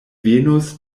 venos